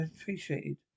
appreciated